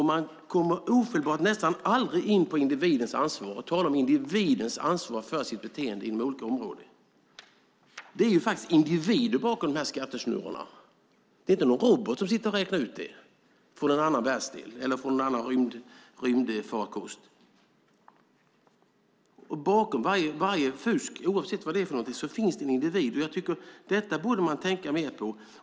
Man kommer ofelbart aldrig in på och talar om individens ansvar för sitt beteende inom olika områden. Det är faktiskt individer bakom de här skattesnurrorna. Det är inte en robot från någon annan världsdel eller från en rymdfarkost som sitter och räknar ut detta. Bakom varje fusk, oavsett vad det är för någonting, finns det en individ. Detta tycker jag att man borde tänka mer på.